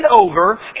over